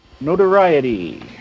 Notoriety